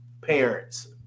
parents